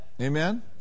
Amen